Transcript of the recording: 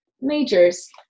majors